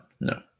no